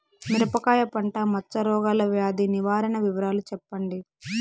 మిరపకాయ పంట మచ్చ రోగాల వ్యాధి నివారణ వివరాలు చెప్పండి?